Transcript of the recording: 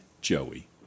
Joey